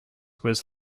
was